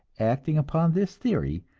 acting upon this theory,